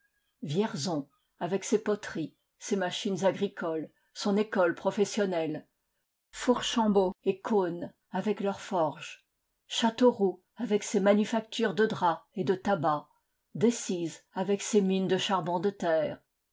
vierzon avec ses poteries ses machines agricoles son école professionnelle fourchambault et cosne avec leurs forges châteauroux avec ses manufactures de drap et de tabac decize avec ses mines de charbon de terre